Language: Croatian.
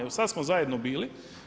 Evo sad smo zajedno bili.